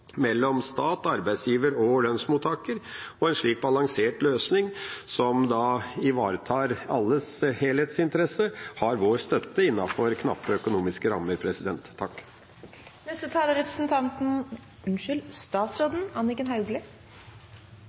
mellom stat, arbeidsgiver og lønnsmottaker. En slik balansert løsning, som ivaretar alles helhetsinteresser, har vår støtte innenfor knappe økonomiske rammer.